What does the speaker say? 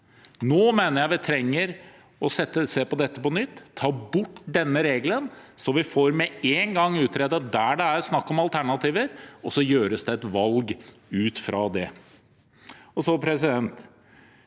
Nå mener jeg vi trenger å se på dette på nytt og ta bort denne regelen, sånn at vi med en gang får utredet der det er snakk om alternativer, og så gjøres det et valg ut fra det.